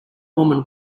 woman